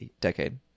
decade